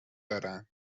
دارن